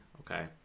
okay